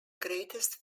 greatest